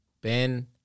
Ben